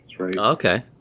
Okay